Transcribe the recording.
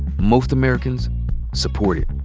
most americans support it.